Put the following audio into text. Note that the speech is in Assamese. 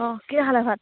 অঁ কি খালা ভাত